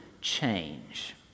change